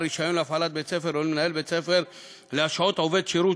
רישיון להפעלת בית-ספר או למנהל בית-ספר להשעות עובד שירות